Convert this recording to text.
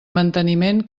manteniment